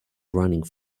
running